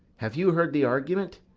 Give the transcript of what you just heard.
have you heard the argument?